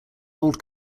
old